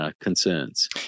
concerns